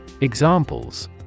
Examples